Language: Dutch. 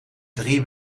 drie